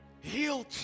healed